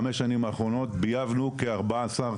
חמש שנים האחרונות בייבנו כארבע עשר,